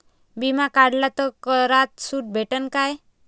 बिमा काढला तर करात सूट भेटन काय?